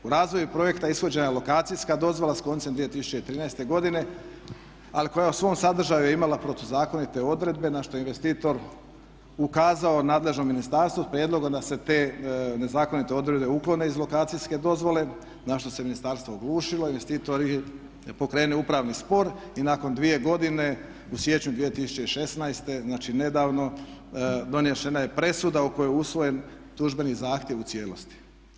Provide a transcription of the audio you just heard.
U razvoju projekta ishođena je lokacijska dozvola s koncem 2013.godine ali koja je u svom sadržaju imala protuzakonite odredbe na što je investitor ukazao nadležnom ministarstvu s prijedlogom da se te nezakonite odredbe uklone iz lokacijske dozvole na što se ministarstvo oglušilo, investitori pokrenuli upravni spor i nakon 2 godine u siječnju 2016.znači nedavno donešena je presuda u kojoj je usvojen tužbeni zahtjev u cijelosti.